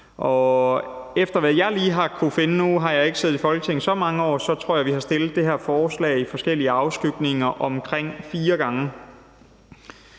Efter hvad jeg lige har kunnet finde frem til – nu har jeg ikke siddet i Folketinget i så mange år – tror jeg, vi har fremsat det her forslag i forskellige afskygninger omkring fire gange.